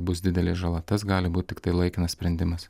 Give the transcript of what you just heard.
bus didelė žala tas gali būt tiktai laikinas sprendimas